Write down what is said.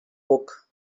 buc